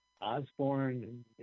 Osborne